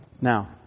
Now